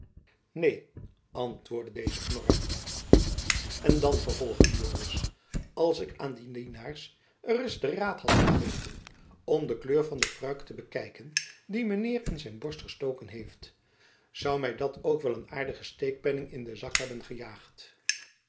neen antwoordde deze knorrig en dan vervolgde joris als k an die dienairs reis den raid had gegeiven om de kleuir van de pruik te bekaiken die men heir in zijn borst estoken heit zoû me dat oik wel een airdigen steikpenning in den zak hebben ejaigd